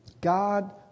God